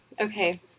okay